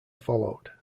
followed